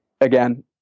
Again